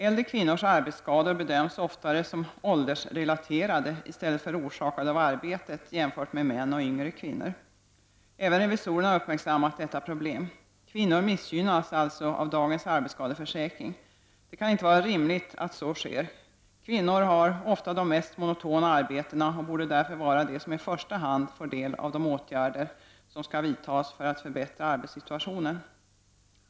Äldre kvinnors arbetsskador bedöms oftare som åldersrelaterade i stället för orsakade av arbetet jämfört med män och yngre kvinnor. Även revisorerna har uppmärksammat detta problem. Kvinnor missgynnas alltså av dagens arbetsskadeförsäkring. Det kan inte vara rimligt att så sker. Kvinnor har ofta de mest monotona arbetena och borde därför vara de som i första hand får del av de åtgärder som skall vidtas för att förbättra arbetssituationen.